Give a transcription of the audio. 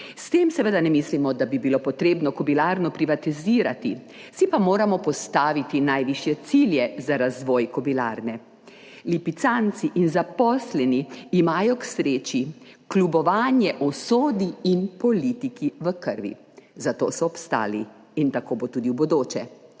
S tem seveda ne mislimo, da bi bilo potrebno Kobilarno privatizirati, si pa moramo postaviti najvišje cilje za razvoj Kobilarne. Lipicanci in zaposleni imajo k sreči kljubovanje usodi in politiki v krvi. Zato so obstali in tako bo tudi v bodoče.